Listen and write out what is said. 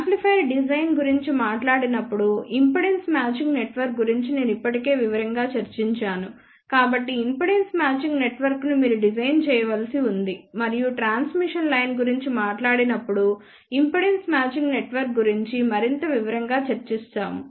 amplifier design గురించి మాట్లాడినప్పుడు impedance matching network గురించి నేను ఇప్పటికే వివరంగా చర్చించాను కాబట్టి ఇంపిడెన్స్ మ్యాచింగ్ నెట్వర్క్ను మీరు డిజైన్ చేయవలసి ఉంది మరియు ట్రాన్స్మిషన్ లైన్ గురించి మాట్లాడినప్పుడు ఇంపిడెన్స్ మ్యాచింగ్ నెట్వర్క్ గురించి మరింత వివరంగా చర్చించాము